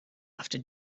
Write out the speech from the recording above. after